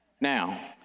Now